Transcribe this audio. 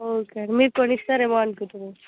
okay అండి మీరు కొనిస్తారేమో అనుకుంటున్నాం